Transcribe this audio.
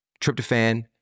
tryptophan